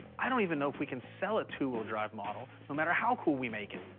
i don't even know if we can sell a two-wheel drive model, no matter how cool we make it.